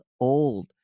old